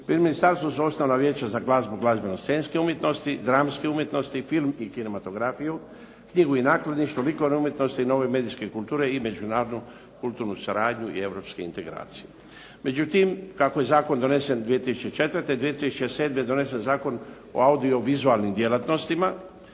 Pri ministarstvu su osnovana vijeća za glazbu i glazbeno scenske umjetnosti, dramske umjetnosti, film i kinematografiju, knjigu i nakladništvo, likovne umjetnosti i nove medicinske kulture i međunarodnu kulturnu suradnju i europske integracije. Međutim, kako je zakon donesen 2004. 2007. je donesen Zakon o audio-vizualnim djelatnostima,